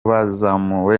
bazamuwe